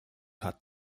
hat